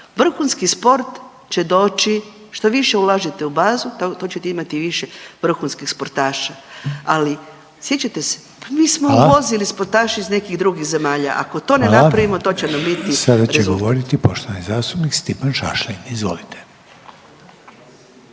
Vrhunski sport će doći što više ulažete u bazu to ćete imati više vrhunskih sportaša. Ali sjećate se, pa mi smo uvozili sportaše iz nekih drugih zemalja. Ako to ne napravimo to će nam biti rezultat. **Reiner, Željko (HDZ)** Hvala. Sada će govoriti poštovani zastupnik Stjepan Šašlin, izvolite.